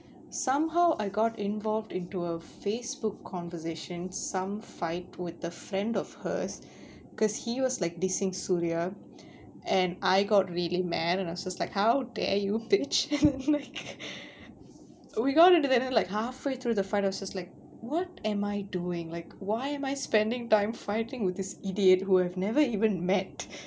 somehow I got involved into a facebook conversation some fight with the friend of hers cause he was like dissing suria and I got really mad and I was just like how dare you bitch we got into that then like halfway through the fight I was just like what am I doing like why am I spending time fighting with this idiot who I've never even met